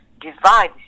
divide